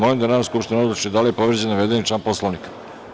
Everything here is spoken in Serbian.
Molim da Narodna skupština odluči da li je povređen navedeni član Poslovnika.